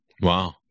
Wow